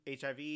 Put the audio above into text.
hiv